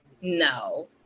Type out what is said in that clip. no